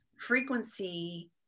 frequency